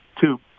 two